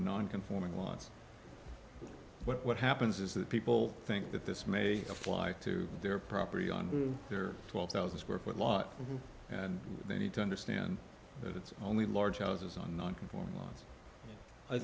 non conforming launce what happens is that people think that this may apply to their property on their twelve thousand square foot lot and they need to understand that it's only large houses on non conforming